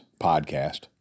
podcast